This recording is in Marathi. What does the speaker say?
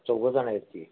चौघंजणं आहेत ती